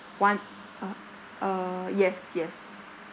one uh uh yes yes